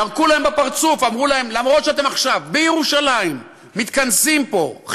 ירקו להם בפרצוף ואמרו להם: למרות שאתם עכשיו מתכנסים פה בירושלים,